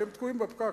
כי הם תקועים בפקק.